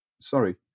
Sorry